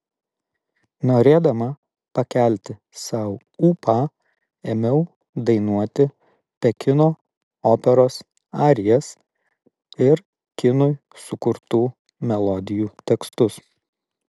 norėdama pakelti sau ūpą ėmiau dainuoti pekino operos arijas ir kinui sukurtų melodijų tekstus